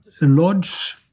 lodge